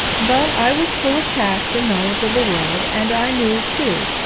but i was full of tact and knowledge of the world, and i knew, too,